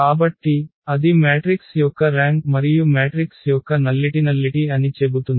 కాబట్టి అది మ్యాట్రిక్స్ యొక్క ర్యాంక్ మరియు మ్యాట్రిక్స్ యొక్క నల్లిటి అని చెబుతుంది